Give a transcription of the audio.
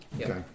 Okay